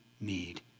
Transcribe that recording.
need